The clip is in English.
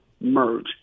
merge